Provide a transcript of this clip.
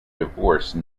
divorce